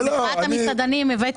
את מחאת המסעדנים הבאתי איתו.